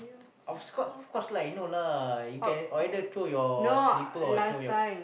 of course of course lah you know lah you can either throw your slipper or throw your